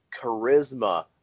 charisma